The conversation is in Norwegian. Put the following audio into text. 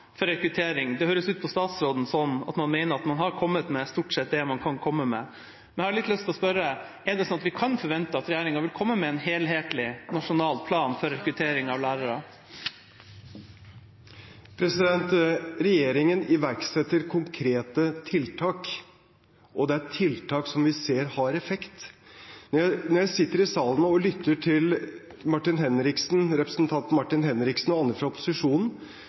for rekruttering. Det høres ut på statsråden som at man mener man har kommet med stort sett det man kan komme med. Jeg har lyst til å spørre: Er det slik at vi kan forvente at regjeringa vil komme med en helhetlig nasjonal plan for rekruttering av lærere? Regjeringen iverksetter konkrete tiltak, og det er tiltak som vi ser har effekt. Jeg sitter i salen og lytter til representanten Martin Henriksen og andre fra opposisjonen